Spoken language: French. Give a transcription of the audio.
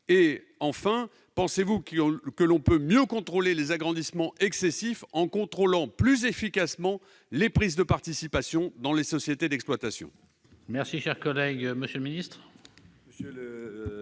? Enfin, estimez-vous possible de mieux maîtriser les agrandissements excessifs en contrôlant plus efficacement les prises de participation dans les sociétés d'exploitation ?